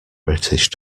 british